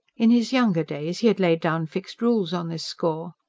in his younger days he had laid down fixed rules on this score.